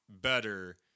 better